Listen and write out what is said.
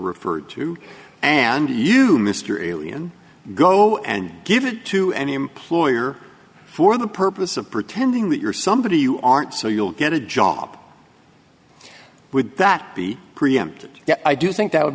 referred to and you mr alien go and give it to any employer for the purpose of pretending that you're somebody you aren't so you'll get a job would that be preempted i do think that would